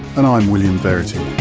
and i'm william verity